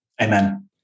Amen